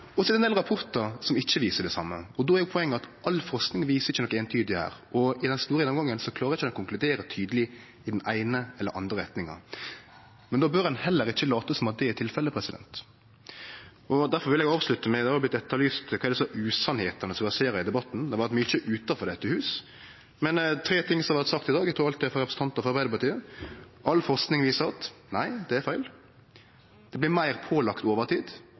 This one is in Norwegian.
stillingar. Så er det ein del rapportar som ikkje viser det same, og då er jo poenget at all forsking viser ikkje noko eintydig her, og i den store gjennomgangen klarer ein ikkje å konkludere tydeleg i den eine eller andre retninga. Men då bør ein heller ikkje late som om det er tilfellet. Difor vil eg avslutte med noko som har vorte etterlyst: kva som er usanningane som verserer i debatten. Det har vore mykje utanfor dette huset. Men det er tre ting som har vore sagt i dag, og eg trur alt er sagt av representantar frå Arbeidarpartiet: All forsking viser at – nei, det er feil. Det blir meir pålagt overtid